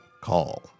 call